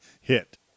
hit